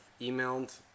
emailed